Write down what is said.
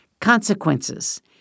Consequences